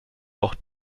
auch